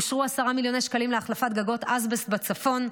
אושרו 10 מיליוני שקלים להחלפת גגות אסבסט בצפון.